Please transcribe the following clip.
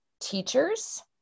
teachers